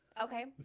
okay,